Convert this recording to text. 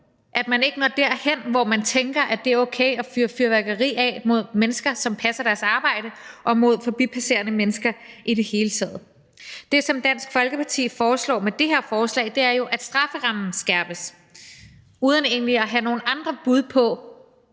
at vi ikke når derhen, hvor man tænker, at det er okay at fyre fyrværkeri af mod mennesker, som passer deres arbejde, og mod forbipasserende mennesker i det hele taget. Det, som Dansk Folkeparti foreslår med det her forslag, er jo, at strafferammen skærpes, uden at man egentlig har nogen andre bud på,